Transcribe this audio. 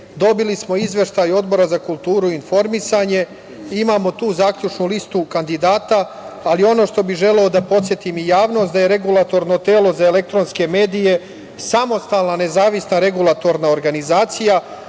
medije. Dobili smo Izveštaj Odbora za kulturu i informisanje. Imamo tu zaključnu listu kandidata. Želeo bih da podsetim i javnost da je Regulatorno telo za elektronske medije samostalna nezavisna regulatorna organizacija